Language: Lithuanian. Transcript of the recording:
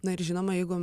na ir žinoma jeigu